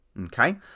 Okay